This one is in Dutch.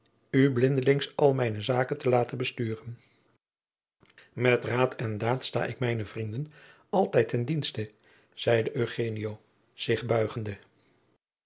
u blindelings al mijne zaken te laten besturen jacob van lennep de pleegzoon met raad en daad sta ik mijne vrienden altijd ten dienste zeide eugenio zich buigende